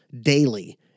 daily